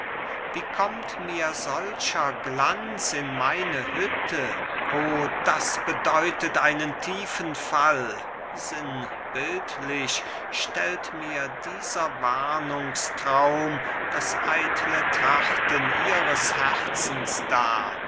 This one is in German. wie kommt mir solcher glanz in meine hütte o das bedeutet einen tiefen fall sinnbildlich stellt mir dieser warnungstraum das eitle trachten ihres herzens dar